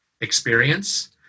experience